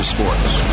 Sports